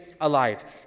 alive